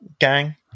gang